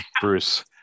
Bruce